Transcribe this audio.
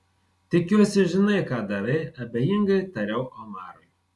tikiuosi žinai ką darai abejingai tariau omarui